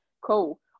cool